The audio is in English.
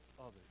others